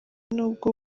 n’ubwo